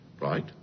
Right